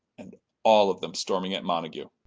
and all of them storming at montague.